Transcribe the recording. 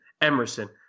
Emerson